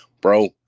bro